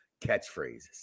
catchphrases